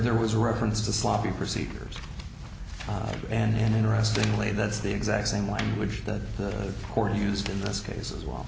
there was reference to sloppy procedures and interestingly that's the exact same language that the corn used in this case as well